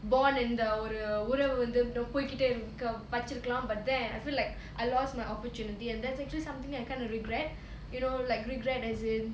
bond இந்த ஒரு உறவு வந்து போயிகிட்டே இருக்கு பச்சிரிக்கலாம்:indha oru uravu vandhu poikitte irukku pacchirikalaam but then I feel like I lost my opportunity and that's actually something that I kind of regret you know like regret as in